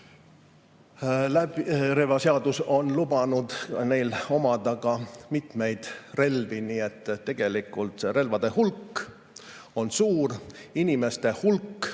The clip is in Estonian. relvaseadus on lubanud neil omada ka mitmeid relvi, nii et tegelikult relvade hulk on suur. Inimeste hulk